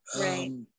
Right